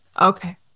Okay